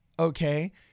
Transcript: okay